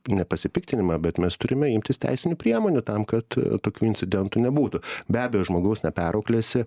nepasipiktinimą bet mes turime imtis teisinių priemonių tam kad tokių incidentų nebūtų be abejo žmogaus neperauklėsi